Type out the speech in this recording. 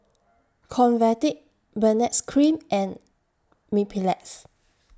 Convatec Benzac Cream and Mepilex